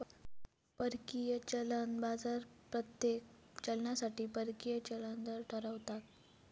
परकीय चलन बाजार प्रत्येक चलनासाठी परकीय चलन दर ठरवता